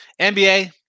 NBA